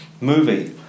movie